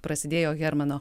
prasidėjo hermano